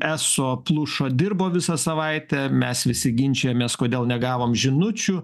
eso plušo dirbo visą savaitę mes visi ginčijomės kodėl negavom žinučių